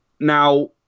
Now